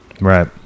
Right